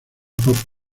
con